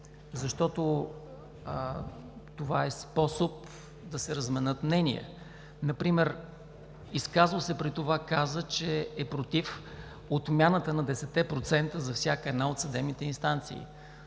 защото това е способ да се разменят мнения. Например изказал се преди това каза, че е против отмяната на 10-те процента за всяка една от съдебните инстанции.